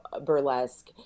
burlesque